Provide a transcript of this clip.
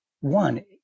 one